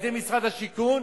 על-ידי משרד השיכון,